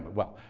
well,